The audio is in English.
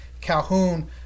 Calhoun